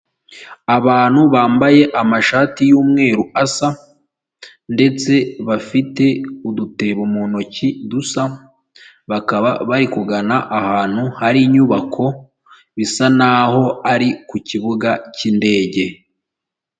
Abantu bambaye amashati y’umweru asa ndetse bafite udutebo mu ntoki dusa, bakaba bari kugana ahantu hari inyubako bisa n'aho ari ku kibuga cy'indege.